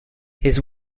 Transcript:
his